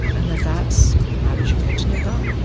and that that's how you should get to know god